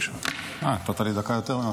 נתת לי דקה יותר.